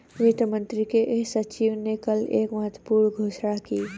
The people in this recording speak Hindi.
वित्त मंत्री के सचिव ने कल एक महत्वपूर्ण घोषणा की